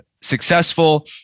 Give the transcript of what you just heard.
successful